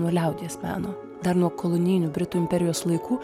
nuo liaudies meno dar nuo kolonijinių britų imperijos laikų